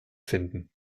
finden